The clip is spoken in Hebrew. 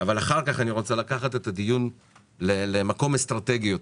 אבל אחר כך אני רוצה לקחת את הדיון למקום אסטרטגי יותר.